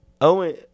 Owen